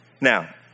Now